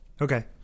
Okay